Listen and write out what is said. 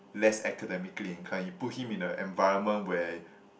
less academically inclined you put him in a environment where